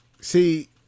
See